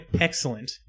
excellent